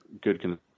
good